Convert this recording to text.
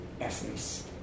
essence